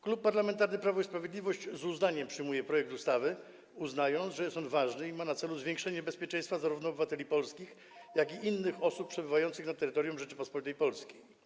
Klub Parlamentarny Prawo i Sprawiedliwość z uznaniem przyjmuje projekt ustawy, uznając, że jest on ważny i ma na celu zwiększenie bezpieczeństwa zarówno obywateli polskich, jak i innych osób przebywających na terytorium Rzeczypospolitej Polskiej.